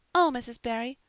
oh, mrs. barry,